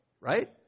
Right